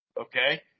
Okay